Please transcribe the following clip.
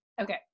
okay